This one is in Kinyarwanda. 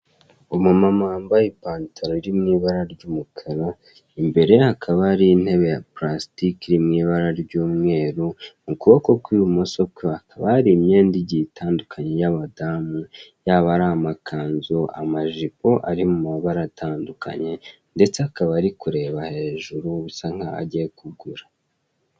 Umumama wambaye ipantaro iri mu ibara ry'umukara, imbere ye hakaba hari intebe ya purasitike iri mu ibara ry'umweru, mu kuboko kw'ibumoso kwe hakaba hari imyenda igiye itandukanye y'abadamu, yaba ari amakanzu, amajipo ari mu mabara atandukanye, ndetse akaba ari kureba hejuru, bisa nkaho agiye kugura.